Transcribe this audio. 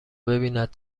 ببیند